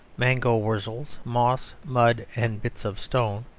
mangoldwurzels, moss, mud and bits of stone,